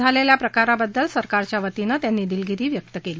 झालेल्या प्रकाराबद्दल सरकारच्या वतीनं त्यांनी दिलगिरी व्यक्त केली